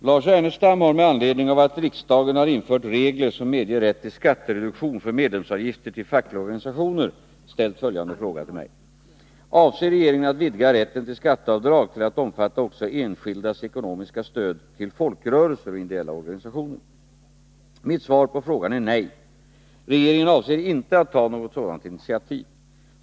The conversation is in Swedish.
Herr talman! Lars Ernestam har med anledning av att riksdagen har infört regler som medger rätt till skattereduktion för medlemsavgifter till fackliga organisationer ställt följande fråga till mig: Avser regeringen att vidga rätten till skatteavdrag till att omfatta också enskildas ekonomiska stöd till folkrörelser och ideella organisationer? Mitt svar på frågan är nej. Regeringen avser inte att ta något sådant initiativ.